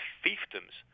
fiefdoms